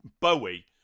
Bowie